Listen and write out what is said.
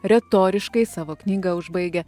retoriškai savo knygą užbaigia